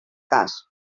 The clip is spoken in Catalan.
cas